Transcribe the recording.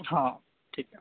ہاں ٹھیک ہے